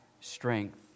strength